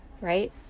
Right